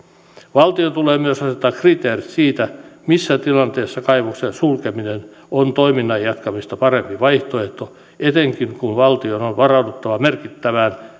valtion tulee myös asettaa kriteerit siitä missä tilanteessa kaivoksen sulkeminen on toiminnan jatkamista parempi vaihtoehto etenkin kun valtion on varauduttava merkittäviin